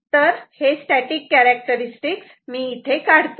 ते static characteristics मी इथे काढतो